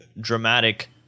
dramatic